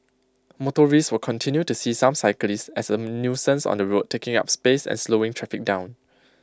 motorists will continue to see some cyclists as A nuisance on the road taking up space and slowing traffic down